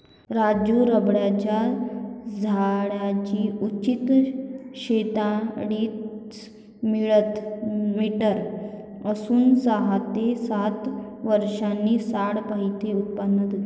राजू रबराच्या झाडाची उंची त्रेचाळीस मीटर असून सहा ते सात वर्षांनी झाड पहिले उत्पादन देते